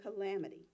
calamity